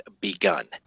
begun